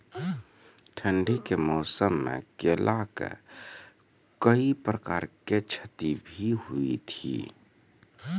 ठंडी के मौसम मे केला का कोई प्रकार के क्षति भी हुई थी?